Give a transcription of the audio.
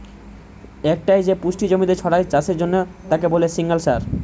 একটাই যে পুষ্টি জমিতে ছড়ায় চাষের জন্যে তাকে বলে সিঙ্গল সার